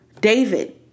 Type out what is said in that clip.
David